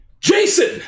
Jason